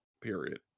period